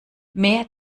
mehr